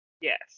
yes